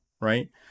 right